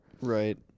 Right